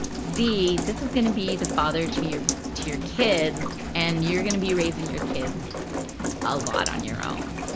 c, this is gonna be the father to your to your kids and you're gonna be raising your kids a lot on your own.